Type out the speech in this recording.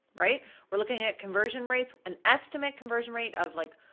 right? we're looking at conversion rates, an estimate conversion rate of like,